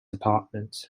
apartment